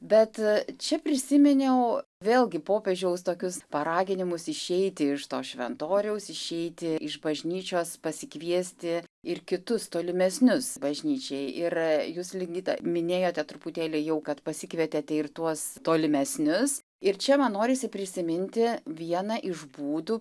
bet čia prisiminiau vėlgi popiežiaus tokius paraginimus išeiti iš to šventoriaus išeiti iš bažnyčios pasikviesti ir kitus tolimesnius bažnyčiai ir jūs ligita minėjote truputėlį jau kad pasikvietėte ir tuos tolimesnius ir čia man norisi prisiminti vieną iš būdų